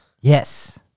Yes